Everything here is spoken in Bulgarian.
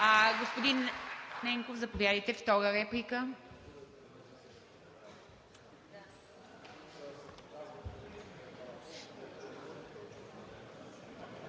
Господин Ненков, заповядайте – втора реплика.